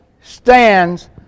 stands